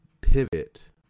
pivot